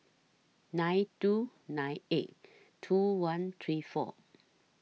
nine two nine eight two one three four